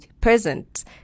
present